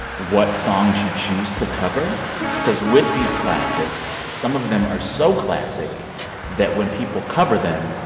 what songs you choose to cover cause with these classics, some of them are so classic that when people cover them,